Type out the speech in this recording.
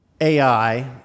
AI